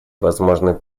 возможный